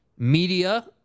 media